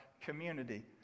community